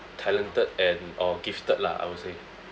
talented and uh gifted lah I would say